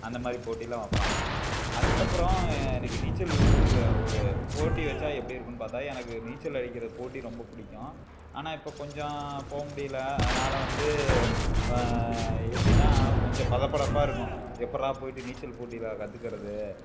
அந்த மாதிரி போட்டியெல்லாம் வைப்பாங்க அதுக்கப்புறம் எனக்கு நீச்சல் ஒரு போட்டி வைச்சா எப்படி இருக்கும்னு பார்த்தா எனக்கு நீச்சல் அடிக்கிற போட்டி ரொம்ப பிடிக்கும் ஆனால் இப்போ கொஞ்சம் போக முடியல அதனால் வந்து எப்படின்னா கொஞ்சம் படப்படப்பா இருக்கும் எப்புடிறா போய்விட்டு நீச்சல் போட்டியில் கற்றுக்கறது